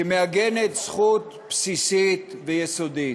שמעגנת זכות בסיסית ויסודית.